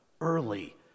early